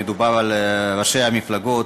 אם מדובר על ראשי המפלגות,